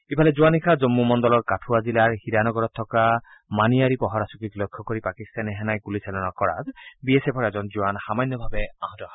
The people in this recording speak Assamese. ইফালে যোৱা নিশা জম্ম মণ্ডলৰ কাঠুৱা জিলাৰ হীৰানগৰত থকা মানিয়াৰী পহৰা চকীক লক্ষ্য কৰি পাকিস্তানী সেনাই গুলীচালনা কৰাত বি এছ এফৰ এজন জোৱান সামান্যভাৱে আহত হয়